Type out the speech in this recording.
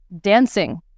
dancing